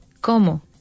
¿Cómo